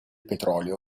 petrolio